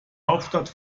hauptstadt